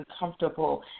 uncomfortable